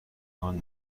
حال